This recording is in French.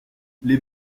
les